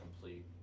complete